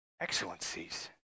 excellencies